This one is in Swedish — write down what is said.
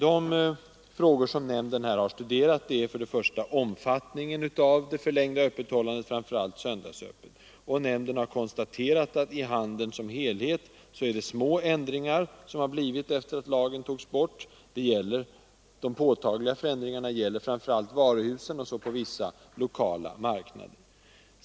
En fråga som nämnden har studerat är omfattningen av det förlängda öppethållandet, framför allt söndagsöppet. Nämnden har konstaterat att inom handeln som helhet är det små ändringar som skett efter det att lagen avskaffades. De påtagliga förändringarna avser framför allt varuhusen och vissa lokala marknader.